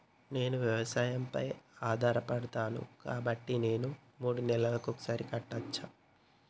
నేను వ్యవసాయం పై ఆధారపడతాను కాబట్టి నేను మూడు నెలలకు ఒక్కసారి కట్టచ్చా?